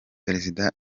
perezida